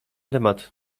temat